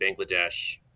Bangladesh